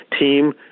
team